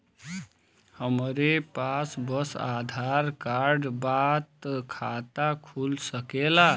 हमरे पास बस आधार कार्ड बा त खाता खुल सकेला?